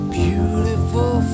beautiful